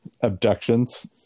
Abductions